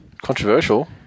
Controversial